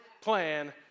plan